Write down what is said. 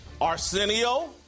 Arsenio